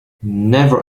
never